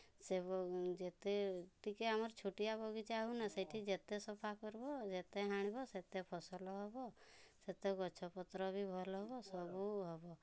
ସେ ଯେତେ ଟିକେ ଆମର ଛୋଟିଆ ବଗିଚା ହେଉ ନା ସେଇଠି ଯେତେ ସଫା କରିବୋ ଯେତେ ହାଣିବ ସେତେ ଫସଲ ହବ ସେତେ ଗଛ ପତ୍ର ବି ଭଲ ହବ ସବୁ ହବ